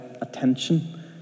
attention